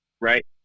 right